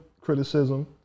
criticism